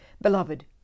Beloved